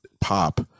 pop